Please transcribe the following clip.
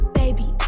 baby